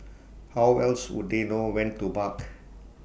how else would they know when to bark